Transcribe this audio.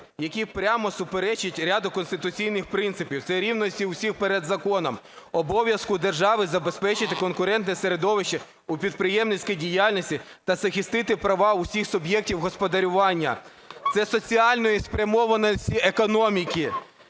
які прямо суперечать ряду конституційних принципів: це рівності усіх перед законом, обов'язку держави забезпечити конкурентне середовище у підприємницькій діяльності та захистити права усіх суб'єктів господарювання, це соціальна спрямованість економіки.